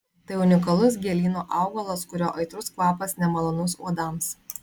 tai unikalus gėlyno augalas kurio aitrus kvapas nemalonus uodams